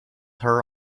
her